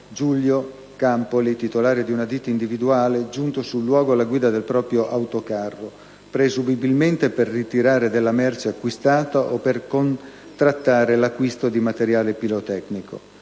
Giulio Campoli, titolare di una ditta individuale, giunto sul luogo alla guida del proprio autocarro, presumibilmente, per ritirare della merce acquistata o per contrattare l'acquisto di materiale pirotecnico.